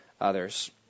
others